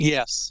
Yes